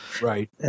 Right